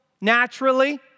naturally